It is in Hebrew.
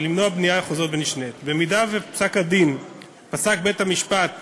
במידה שפסק בית-המשפט